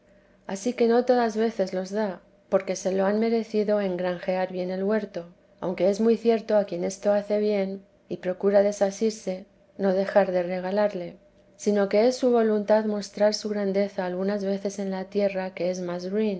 ansí que no todas veces los da porque se lo han merecido en granjear bien el huerto aunque es muy cierto a quien esto hace bien y procura desasirse no dejar de regalarle sino que es su voluntad mostrar su grandeza algunas veces en la tierra que es más